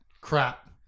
Crap